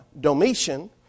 Domitian